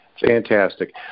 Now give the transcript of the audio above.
Fantastic